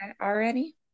already